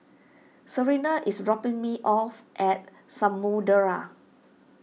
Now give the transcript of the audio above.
Serena is dropping me off at Samudera